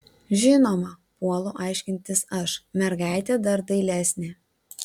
žinoma puolu aiškintis aš mergaitė dar dailesnė